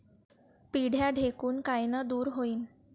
पिढ्या ढेकूण कायनं दूर होईन?